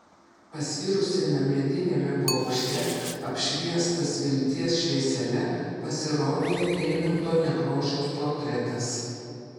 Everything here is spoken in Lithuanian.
pasvirusiame mediniame bokšte apšviestas vilties šviesele pasirodė eimunto nekrošiaus portretas